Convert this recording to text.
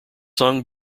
sung